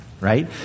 right